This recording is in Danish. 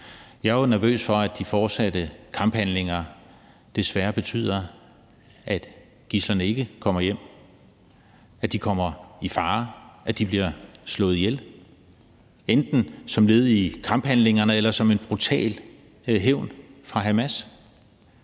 Jeg er jo nervøs for, at de fortsatte kamphandlinger desværre betyder, at gidslerne ikke kommer hjem, at de kommer i fare, at de bliver slået ihjel – enten som led i kamphandlingerne eller som en brutal hævn fra Hamas'